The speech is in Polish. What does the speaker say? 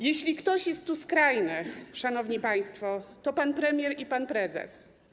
Jeśli ktoś jest tu skrajny, szanowni państwo, to pan premier i pan prezes.